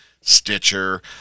Stitcher